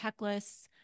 checklists